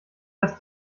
das